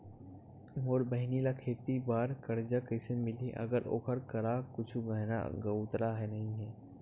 मोर बहिनी ला खेती बार कर्जा कइसे मिलहि, अगर ओकर करा कुछु गहना गउतरा नइ हे?